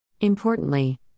Importantly